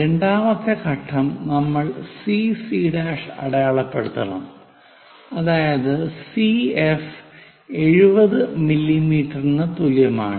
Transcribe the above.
രണ്ടാമത്തെ ഘട്ടം നമ്മൾ സിസി' CC' അടയാളപ്പെടുത്തണം അതായത് സിഎഫ് 70 മില്ലിമീറ്ററിന് തുല്യമാണ്